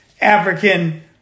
African